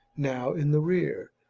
now in the rear,